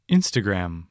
Instagram